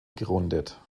gerundet